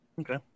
Okay